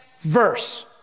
verse